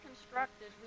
constructed